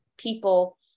People